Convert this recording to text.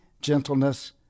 gentleness